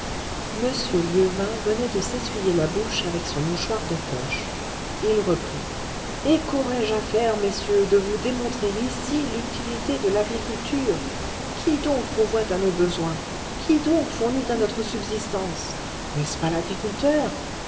m lieuvain venait de s'essuyer la bouche avec son mouchoir de poche il reprit et qu'aurais-je à faire messieurs de vous démontrer ici l'utilité de l'agriculture qui donc pourvoit à nos besoins qui donc fournit à notre subsistance n'est-ce pas l'agriculteur